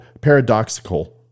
paradoxical